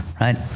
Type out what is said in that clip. Right